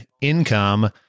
income